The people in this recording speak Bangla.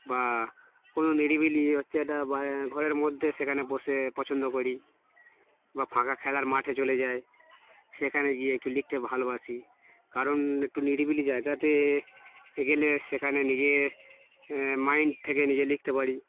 বা কোনো নিরিবিলি হচ্ছে একটা ঘরের মধ্যে সেখানে বসে পছন্দ করি বা ফাঁকা খেলার মাঠে চলে যাই সেখানে গিয়ে একটু লিখতে ভালোবাসি কারণ একটু নিরিবিলি জায়গাতে গেলে সেখানে নিজের মাইন্ড থেকে নিজে লিখতে পারি